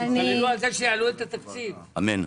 שלומית,